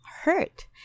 hurt